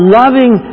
loving